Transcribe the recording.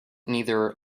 neither